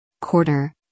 quarter